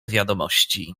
wiadomości